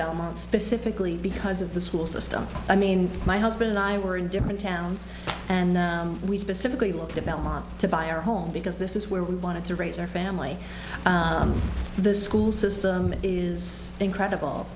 belmont specifically because of the school system i mean my husband and i were in different towns and we specifically look at belmont to buy our home because this is where we wanted to raise our family the school system is incredible